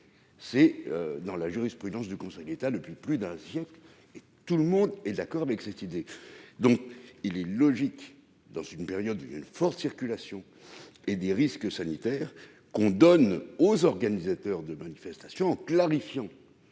est la jurisprudence du Conseil d'État depuis plus d'un siècle. Tout le monde est d'accord avec cette idée. Il est donc logique, dans une période de forte circulation du virus et compte tenu des risques sanitaires, qu'on donne aux organisateurs de manifestations, en clarifiant